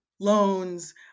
loans